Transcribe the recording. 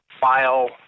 file